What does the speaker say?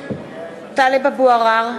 בשמות חברי הכנסת) טלב אבו עראר,